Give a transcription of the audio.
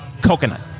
Coconut